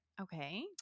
okay